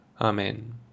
Amen